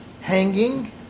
hanging